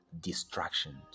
distractions